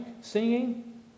singing